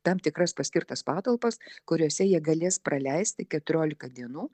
tam tikras paskirtas patalpas kuriose jie galės praleisti keturiolika dienų